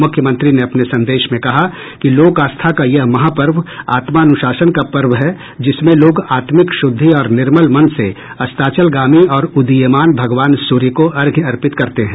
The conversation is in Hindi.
मुख्यमंत्री ने अपने संदेश में कहा कि लोक आस्था का यह महापर्व आत्मानुशासन का पर्व है जिसमें लोग आत्मिक शुद्धि और निर्मल मन से अस्ताचलगामी और उदीयमान भगवान सूर्य को अर्घ्य अर्पित करते हैं